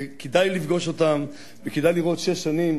וכדאי לפגוש אותם וכדאי לראות שש שנים